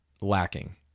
Lacking